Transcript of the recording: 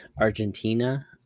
Argentina